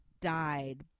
died